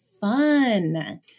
fun